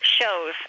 shows